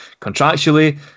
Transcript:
contractually